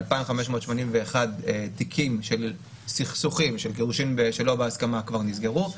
2,581 תיקים של גירושין שלא בהסכמה כבר נסגרו,